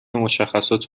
مشخصات